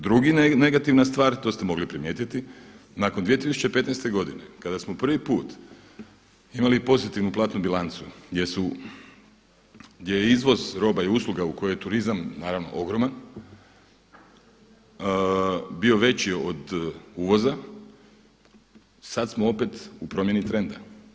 Druga negativna stvar, to ste mogli primijetiti nakon 2015. godine kada smo prvi put imali pozitivnu platnu bilancu gdje je izvoz roba i usluga koje turizam naravno ogroman bio veći od uvoza, sad smo opet u promjeni trenda.